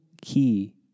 key